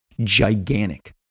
gigantic